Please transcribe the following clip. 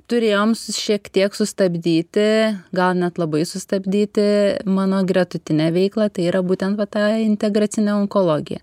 turėjom šiek tiek sustabdyti gal net labai sustabdyti mano gretutinę veiklą tai yra būtent va ta integracinė onkologija